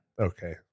Okay